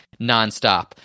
nonstop